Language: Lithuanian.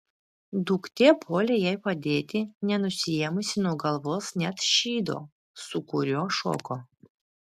duktė puolė jai padėti nenusiėmusi nuo galvos net šydo su kuriuo šoko